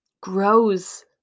grows